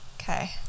Okay